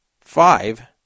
five